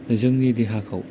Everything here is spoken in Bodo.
जोंनि देहाखौ